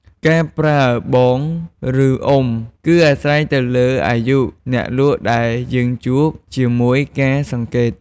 ការប្រើ “បង” ឬ “អ៊ុំ” គឺអាស្រ័យទៅលើអាយុអ្នកលក់ដែលយើងជួប ជាមួយការសង្កេត។